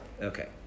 Okay